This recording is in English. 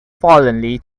forlornly